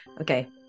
Okay